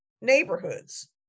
neighborhoods